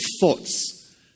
thoughts